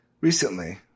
Recently